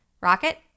Rocket